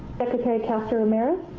secretary castro ramirez?